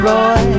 Roy